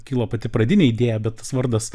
kilo pati pradinė idėja bet tas vardas